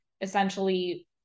essentially